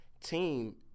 team